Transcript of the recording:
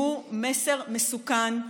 שהוא מסר מסוכן.